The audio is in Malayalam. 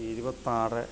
ഇരുപത്താറ്